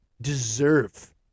deserve